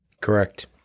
Correct